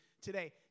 today